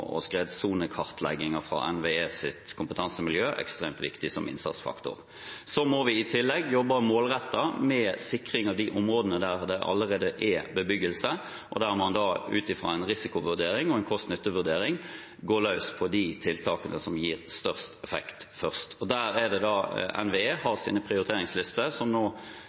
fra NVEs kompetansemiljø ekstremt viktig som innsatsfaktor. Så må vi i tillegg jobbe målrettet med sikring av de områdene der det allerede er bebyggelse, og der man ut fra en risikovurdering og en kost–nytte-vurdering går løs på de tiltakene som gir størst effekt, først. Der har NVE sine prioriteringslister, som nå